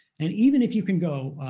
and even if you can go,